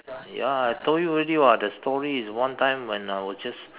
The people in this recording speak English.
ya I told you already [what] the story is one time when I was just